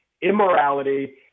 immorality